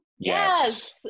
yes